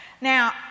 Now